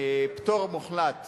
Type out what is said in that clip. פטור מוחלט